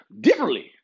differently